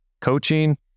Coaching